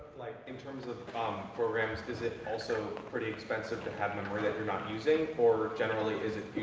like, in terms of um programs, is it also pretty expensive to have memory that you're not using or generally, is it